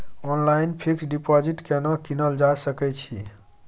Online fix deposit केना कीनल जा सकै छी?